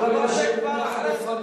עם כל מה שמונח לפני,